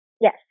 Yes